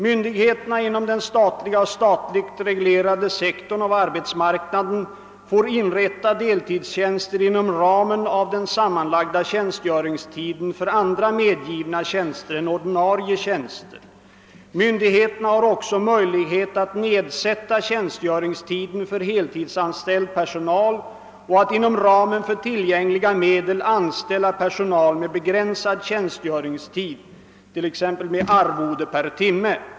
Myndigheterna inom den statliga och statligt reglerade sektorn av arbetsmarknaden får inrätta deltidstjänster inom ramen av den sammanlagda tjänstgöringstiden för andra medgivna tjänster än ordinarie tjänster. Myndigheterna har också möjlighet att nedsätta tjänstgöringstiden för heltidsanställd personal och att inom ramen för tillgängliga medel anställa personal med begränsad tjänstgöringstid, t.ex. med arvode per timme.